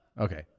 Okay